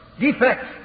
defects